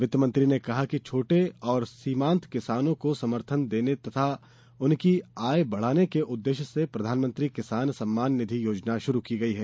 वित्तमंत्री ने कहा कि छोटे और सीमांत किसानों को समर्थन देने तथा उनकी आय बढ़ाने के उद्देश्य से प्रधानमंत्री किसान सम्मान निधि योजना शुरू की गई है